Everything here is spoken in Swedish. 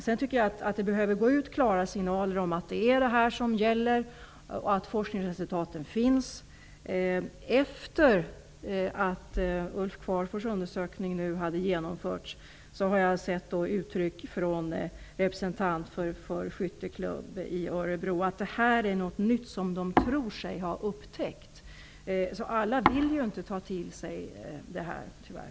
Jag tycker att det behöver gå ut klara signaler om att det är detta som gäller, att forskningsresultaten finns. Efter det att Ulf Qvarforts undersökning har genomförts har jag sett en representant för skytteklubb i Örebro uttrycka att detta är något nytt som man tror sig ha upptäckt. Alla vill ju inte ta till sig detta, tyvärr.